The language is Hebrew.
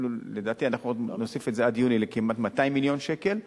ולדעתי עד יוני אנחנו עוד נוסיף לכמעט 200 מיליון שקל,